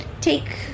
take